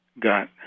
got